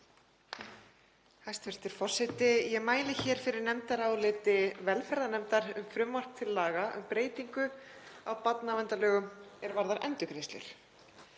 Hæstv. forseti. Ég mæli hér fyrir nefndaráliti velferðarnefndar um frumvarp til laga um breytingu á barnaverndarlögum, er varðar endurgreiðslur.